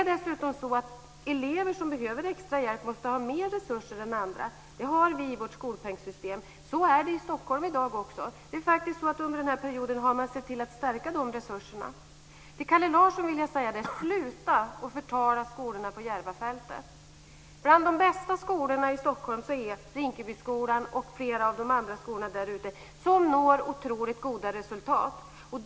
Dessutom måste elever som behöver extra hjälp ha mer resurser än andra. Det har vi i vårt skolpengssystem. Så är det i Stockholm i dag också. Under den här perioden har man faktiskt sett till att stärka de resurserna. Till Kalle Larsson vill jag säga: Sluta förtala skolorna på Järvafältet! Bland de bästa skolorna i Stockholm är Rinkebyskolan och flera av de andra skolorna där ute. De når otroligt goda resultat.